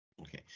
Okay